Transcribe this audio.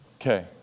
Okay